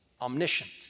omniscient